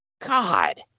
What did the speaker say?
God